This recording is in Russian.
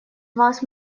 вас